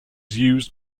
used